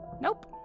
Nope